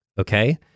okay